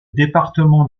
département